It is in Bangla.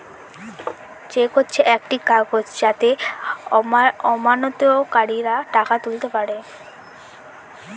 চেক মানে হচ্ছে একটা কাগজ যাতে আমানতকারীরা টাকা তুলতে পারে